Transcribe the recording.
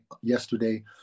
yesterday